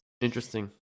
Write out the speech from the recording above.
Interesting